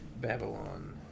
Babylon